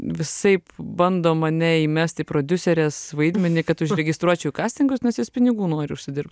visaip bando mane įmest į prodiuserės vaidmenį kad užregistruočiau į kastingus nes jis pinigų nori užsidirbt